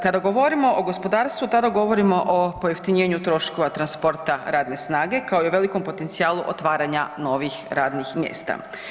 Kada govorimo o gospodarstvu, tada govorimo o pojeftinjenju troškova transporta radne snage kao i o velikom potencijalu otvaranja novih radnih mjesta.